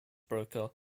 broker